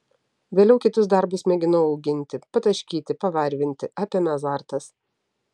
vėliau kitus darbus mėginau auginti pataškyti pavarvinti apėmė azartas